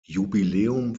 jubiläum